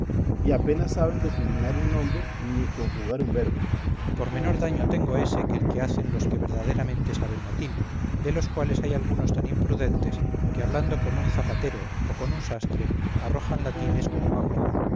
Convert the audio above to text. y apenas saben declinar un nombre ni conjugar un verbo cipión por menor daño tengo ése que el que hacen los que verdaderamente saben latín de los cuales hay algunos tan imprudentes que hablando con un zapatero o con un sastre arrojan latines como agua